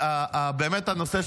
באמת הנושא,